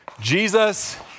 Jesus